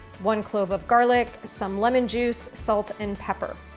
one clove of garlic, some lemon juice, salt, and pepper.